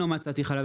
ולא מצאתי חלב.